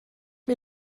mir